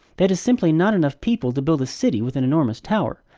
that is simply not enough people to build a city with an enormous tower.